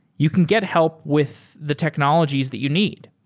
you can get help with the technologies that you need.